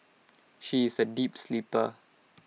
she is A deep sleeper